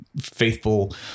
faithful